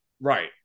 Right